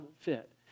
fit